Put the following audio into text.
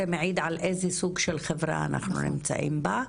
זה מעיד על איזה סוג של חברה אנחנו נמצאים בה.